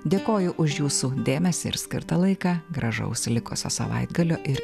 dėkoju už jūsų dėmesį ir skirtą laiką gražaus likusio savaitgalio ir